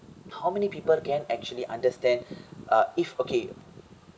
how many people can actually understand uh if okay